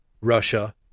Russia